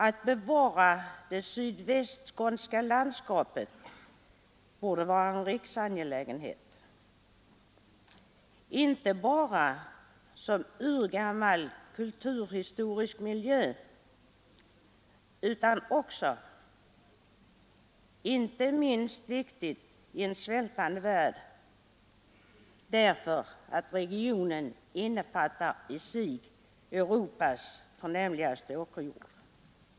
Att bevara det sydvästskånska landskapet borde vara en riksangelägenhet, inte bara som urgammal kulturhistorisk miljö utan också — inte minst viktigt i en svältande värld — därför att regionen inuefattar i sig Europas förnämligaste åkerjord.